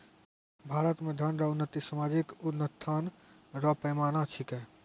भारत मे धन रो उन्नति सामाजिक उत्थान रो पैमाना छिकै